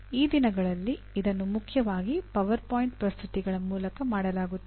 ಈ ದಿನಗಳಲ್ಲಿ ಇದನ್ನು ಮುಖ್ಯವಾಗಿ ಪವರ್ ಪಾಯಿಂಟ್ ಪ್ರಸ್ತುತಿಗಳ ಮೂಲಕ ಮಾಡಲಾಗುತ್ತದೆ